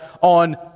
on